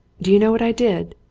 do you know what i did?